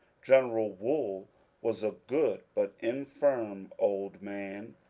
general wool was a good but infirm old man,